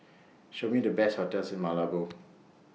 Show Me The Best hotels in Malabo